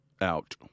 out